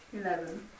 Eleven